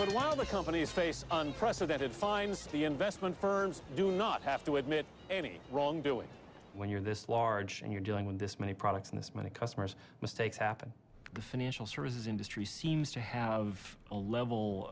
but while the companies face unprecedented fines the investment firms do not have to admit any wrongdoing when you're this large and you're dealing with this many products in this many customers mistakes happen the financial services industry seems to have a level